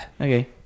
Okay